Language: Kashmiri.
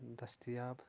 دستیاب